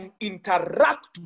interact